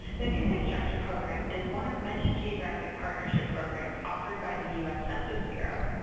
the new construction program is one of many geographic partnership programs offered by the u s. census bureau.